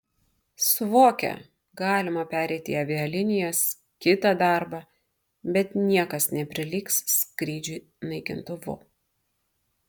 suvokia galima pereiti į avialinijas kitą darbą bet niekas neprilygs skrydžiui naikintuvu